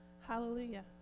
Hallelujah